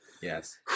Yes